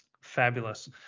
Fabulous